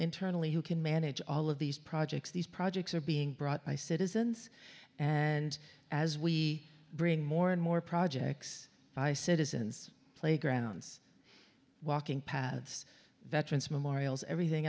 internally who can manage all of these projects these projects are being brought by citizens and as we bring more and more projects by citizens playgrounds walking paths veterans memorials everything